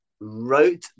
wrote